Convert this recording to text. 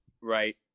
Right